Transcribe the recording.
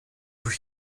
durch